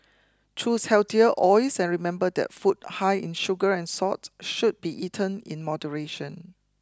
choose healthier oils and remember that food high in sugar and salt should be eaten in moderation